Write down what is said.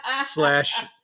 slash